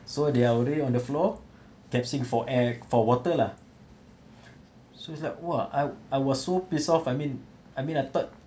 so they are already on the floor gasping for air for water lah so it's like !wah! I I was so pissed off I mean I mean ah third